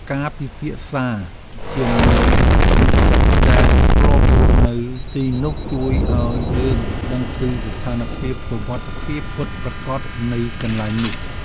ការពិភាក្សាជាមួយនិស្សិតដែលធ្លាប់រស់នៅទីនោះជួយឱ្យយើងដឹងពីស្ថានភាពសុវត្ថិភាពពិតប្រាកដនៃកន្លែងនោះ។